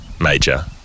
Major